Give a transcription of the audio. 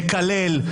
לקלל,